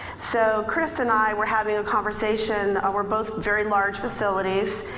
so chris and i were having a conversation, ah we're both very large facilities.